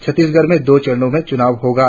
छत्तीसगढ़ में दो चरणों में चूनाव होंगे